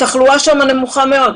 התחלואה שם היום נמוכה מאוד.